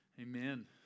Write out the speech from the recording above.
amen